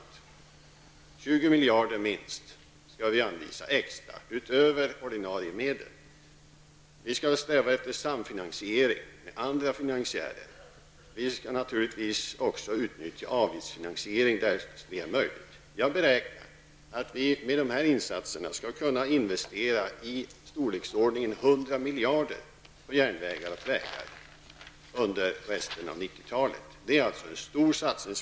Minst 20 miljarder kronor anvisas utöver ordinarie medel. Vi strävar efter samfinanisering med andra finansiärer. Där det är möljigt skall naturligtvis också avgiftsfinansiering utnyttjas. Med dessa insatser beräknar jag att vi under återstoden av 90 talet skall kunna investera i storleksordningen 100 miljarder kronor på järnvägar och vägar. Det är alltså fråga om en stor satsning.